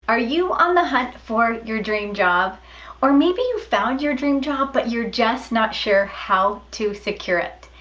are you on the hunt for your dream job or maybe you found your dream job but you're just not sure how to secure it?